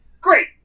great